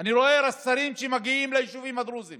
אני רואה שרים שמגיעים ליישובים הדרוזיים